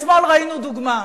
אתמול ראינו דוגמה.